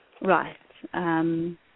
Right